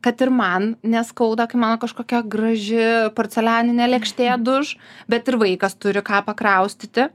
kad ir man neskauda kai mano kažkokia graži porcelianinė lėkštė duš bet ir vaikas turi ką pakraustyti